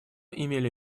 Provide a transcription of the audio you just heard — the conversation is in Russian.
имели